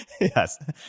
Yes